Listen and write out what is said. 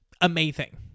amazing